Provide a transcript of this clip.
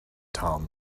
tom